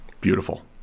Beautiful